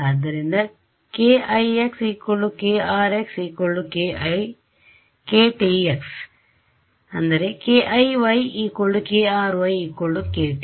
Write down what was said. ಆದ್ದರಿಂದ kix krx ktx kiy kry kty